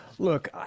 Look